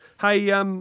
Hey